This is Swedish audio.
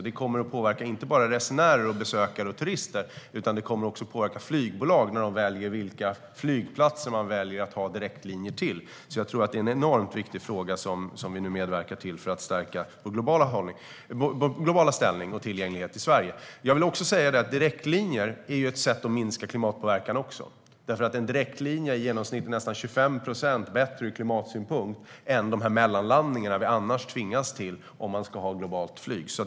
Det kommer att påverka inte bara resenärer, besökare och turister utan också flygbolag när de väljer vilka flygplatser de vill ha direktlinjer till. Det är en enormt viktig sak som vi nu medverkar till att för att stärka vår globala ställning och tillgänglighet i Sverige. Direktlinjer är också ett sätt att minska klimatpåverkan. En direktlinje är i genomsnitt nästan 25 procent bättre ur klimatsynpunkt än de mellanlandningar vi annars tvingas till om man ska ha globalt flyg.